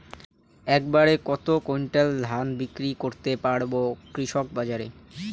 এক বাড়ে কত কুইন্টাল ধান বিক্রি করতে পারবো কৃষক বাজারে?